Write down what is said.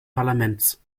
parlaments